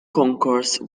concourse